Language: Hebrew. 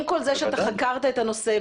עם כל זה שאתה חקרת את הנושא,